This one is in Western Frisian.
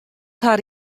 har